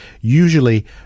usually